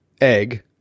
egg